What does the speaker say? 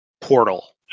portal